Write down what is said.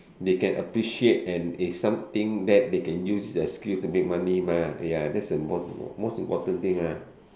they can appreciate and is something that they can use the skill to make money mah ya that is the most important most important thing ah